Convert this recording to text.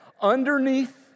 underneath